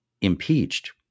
impeached